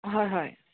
হয় হয়